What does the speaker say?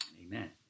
Amen